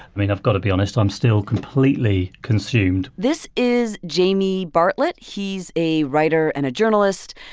i mean, i've got to be honest, i'm still completely consumed this is jamie bartlett. he's a writer and a journalist.